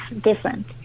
different